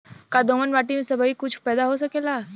का दोमट माटी में सबही कुछ पैदा हो सकेला?